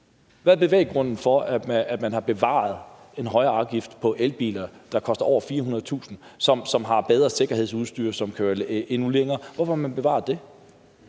Hvad er bevæggrunden for, at man har bevaret en højere afgift på elbiler, der koster over 400.000 kr., som har bedre sikkerhedsudstyr, og som kører endnu længere? Hvorfor har man bevaret den?